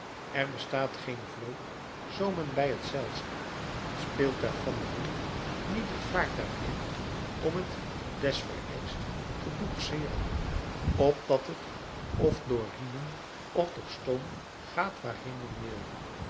er bestaat geen vloot zoo men bij het zeilschip een speeltuig van den wind niet het vaartuig heeft om het des vereischt te boegseeren opdat het f door riemen f door stoom gaat waarheen men wil